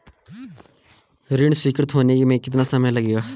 ऋण स्वीकृति होने में कितना समय लगेगा?